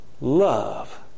Love